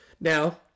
Now